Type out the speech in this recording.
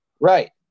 Right